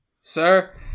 sir